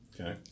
Okay